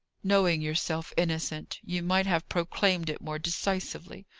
knowing yourself innocent, you might have proclaimed it more decisively.